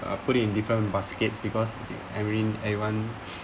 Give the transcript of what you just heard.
uh put it in different baskets because I mean I want